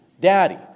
daddy